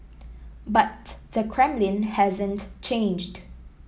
but the Kremlin hasn't changed